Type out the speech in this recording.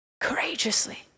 Courageously